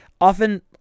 often